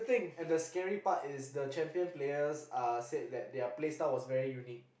and the scary part is the champion players are said that their play style was very unique